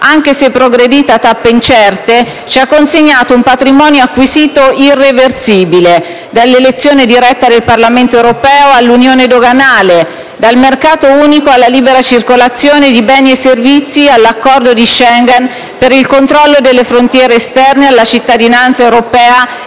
anche se progredita a tappe incerte, ci ha consegnato un patrimonio acquisito irreversibile, dall'elezione diretta del Parlamento europeo all'unione doganale, dal mercato unico alla libera circolazione di beni e servizi, all'Accordo di Schengen per il controllo delle frontiere esterne, alla cittadinanza europea